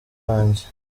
wanjye